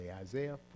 Isaiah